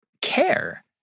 care